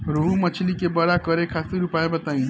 रोहु मछली के बड़ा करे खातिर उपाय बताईं?